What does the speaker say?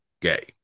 gay